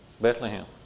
Bethlehem